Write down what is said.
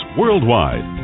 worldwide